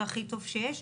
והכי טוב שיש,